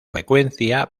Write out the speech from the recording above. frecuencia